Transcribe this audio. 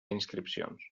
inscripcions